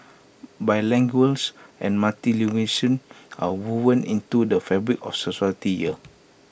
and are woven into the fabric of society here